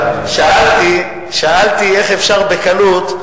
שאלתי איך אפשר בקלות,